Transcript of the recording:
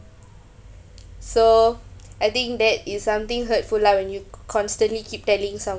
so I think that is something hurtful lah when you constantly keep telling some